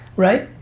right?